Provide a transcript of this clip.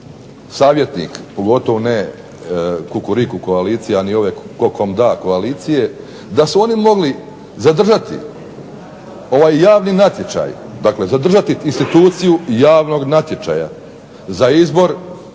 ove tko kome da koalicije da su oni mogli zadržati ovaj javni natječaj dakle zadržati instituciju javnog natječaja za izbor,